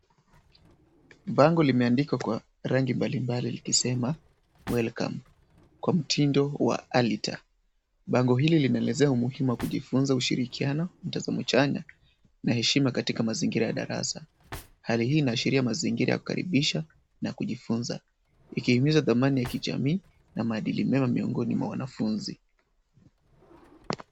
Bango limeandikwa kwa rangi mbalimbali likisema, welcome kwa mtindo wa aliter . Bango hili linaeleza umuhimu wa kujifunza ushirikiano, mtazamo chanya, na heshima katika mazingira ya darasa. Hali hii inaashiria mazingira kukaribisha na kujifunza, ikihimiza dhamani ya jamii na maadili mema miongoni mwa wanafunzi.